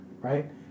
right